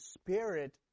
Spirit